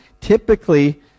typically